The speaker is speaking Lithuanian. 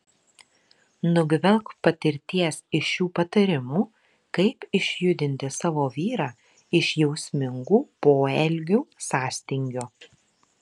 nugvelbk patirties iš šių patarimų kaip išjudinti savo vyrą iš jausmingų poelgių sąstingio